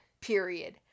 period